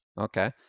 Okay